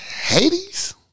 Hades